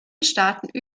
staaten